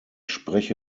spreche